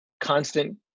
constant